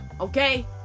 okay